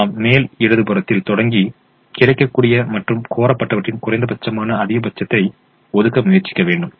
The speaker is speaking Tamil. எனவே நாம் மேல் இடது புறத்தில் தொடங்கி கிடைக்கக்கூடிய மற்றும் கோரப்பட்டவற்றின் குறைந்தபட்சமான அதிகபட்சத்தை ஒதுக்க முயற்சிக்க வேண்டும்